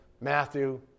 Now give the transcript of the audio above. Matthew